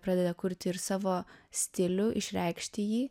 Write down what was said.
pradeda kurti ir savo stilių išreikšti jį